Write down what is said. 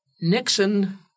Nixon